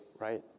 right